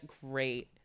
great